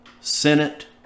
senate